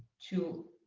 two,